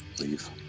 leave